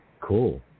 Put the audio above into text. Cool